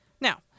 Now